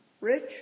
rich